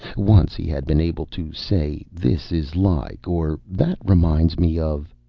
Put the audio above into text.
once he had been able to say, this is like, or, that reminds me of.